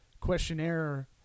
questionnaire